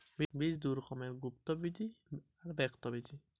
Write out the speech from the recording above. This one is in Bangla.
বীজ কত রকমের হয়ে থাকে?